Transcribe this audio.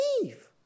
leave